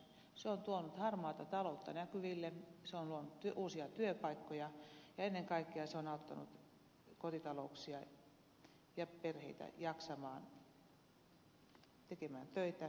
se on tuonut harmaata taloutta näkyville se on luonut uusia työpaikkoja ja ennen kaikkea se on auttanut kotitalouksia ja perheitä jaksamaan tekemään töitä ja voimaan paremmin